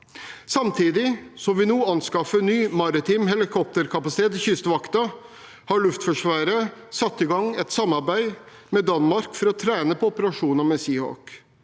Samtidig som vi nå anskaffer ny maritim helikopterkapasitet til Kystvakten, har Luftforsvaret satt i gang et samarbeid med Danmark for å trene på operasjoner med Seahawk.